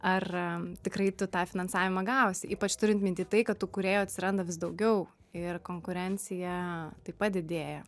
ar tikrai tu tą finansavimą gausi ypač turint minty tai kad tų kūrėjų atsiranda vis daugiau ir konkurencija taip pat didėja